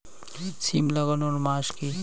সিম লাগানোর মাস?